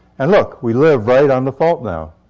and look, we live right on the fault now.